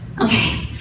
Okay